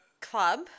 club